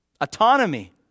autonomy